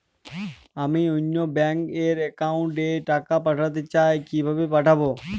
আমি অন্য ব্যাংক র অ্যাকাউন্ট এ টাকা পাঠাতে চাই কিভাবে পাঠাবো?